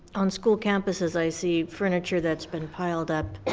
on school campuses i see furniture that's been piled up.